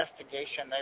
investigation